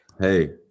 Hey